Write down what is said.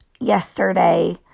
yesterday